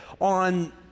on